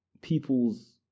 people's